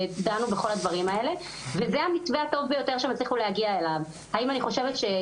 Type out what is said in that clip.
אחר כך נלך למספרים היבשים.